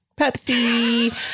Pepsi